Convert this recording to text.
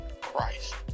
Christ